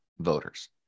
voters